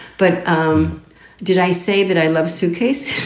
but um did i say that i love suitcase?